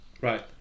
Right